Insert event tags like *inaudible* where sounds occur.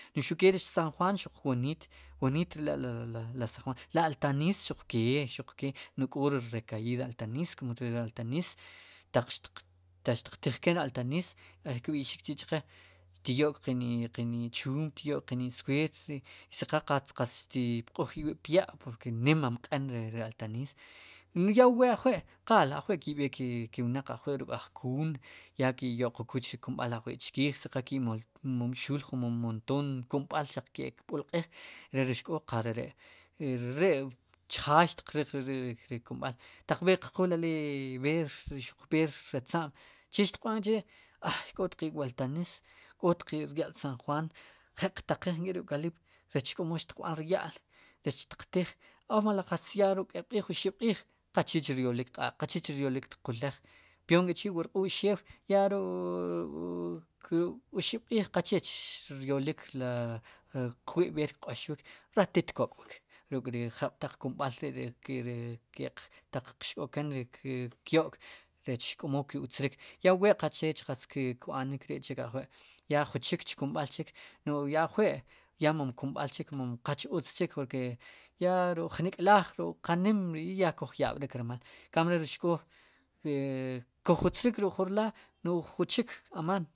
. Xuq ke ri san juaan xuq wooniit, woniit la la la san juuaan altaniis xuq kee, xuqkee no'j k'o re rekayiid altaniis taq xtiqtij ken altaniis hay kb'i'xik chi'chqe xtiyo'k qeni qeni chuump xtyo'k qen isueert i si qal qal qatz xtipq'uj iwib'pya' porque nima mq'en ri altaniis ya wu we ajwi' qal ki'b'eek ke wnaq qawi' ruk'ajkuun ya ke'yo'qokul chke kumb'al ajwi' chkiij siqal kimomxuul jomom montoon kumb'al xaq ke'kb'ulq'iij xk'o qal reri' reri' chjaay xtiq riq reri'ri kumb'al taq b'eer qqul qleey b'er xuq b'er ratza'm chemo xtiq b'am k'chi' k'ot qe waltanis k'oot qe'rya'l sanjuan je'q taqiij nk' ri eukalipt rech k'omo xtiq b'an rya'l rech xtiq tiij o meli qatz ya ruk'k'eb'q'iij oxib' q'iij qachee chryolik q'aaq' qaqchech ryolik qulaj peornk'eri'wu rq'uu xeew ya ruk *hesitation* oxib'q'iij qaqchech ryolik la ri qwi' b'eer kq'oxwik xatit k'k'wik ruk'ri jab'taq kumb'al ri' ri ke'q taq qxk'oken ri ke'kyo'k rech k'o mo ku'tzrik ya wu we qachech qatz ki b'anik ri'chik ajwi' ya jun chik kumb'al chik n'oj ya ajwi' ya mom kumb'al chik mom qach utz chik e ya ruk'jnik laaj ruk'qa nim rií' yaa kuj yab'rik rmal emkabie re ri xk'oo e kujutzrik ruk'jun rlaad no'j jun chik amaan.